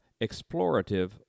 explorative